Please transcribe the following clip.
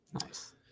nice